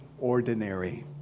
ordinary